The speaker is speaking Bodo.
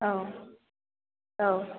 औ औ